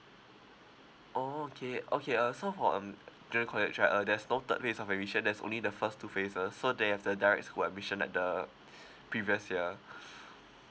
oh okay uh okay uh so for um uh the college like uh a there's no third phase of admission there's only the first two phases so they have the direct school admission like the previous year